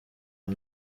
aya